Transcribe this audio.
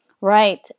Right